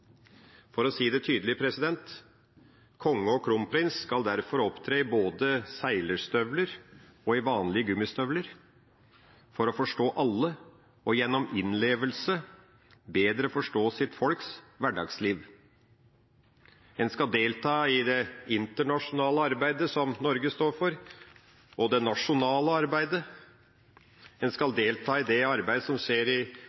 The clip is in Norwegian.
For å si det tydelig: Konge og kronprins skal derfor opptre både i seilerstøvler og i vanlige gummistøvler for å forstå alle og gjennom innlevelse bedre forstå sitt folks hverdagsliv. En skal delta i det internasjonale arbeidet som Norge står for, og det nasjonale arbeidet. En skal delta på samme måte i det arbeidet som skjer i